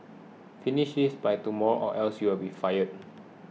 finish this by tomorrow or else you'll be fired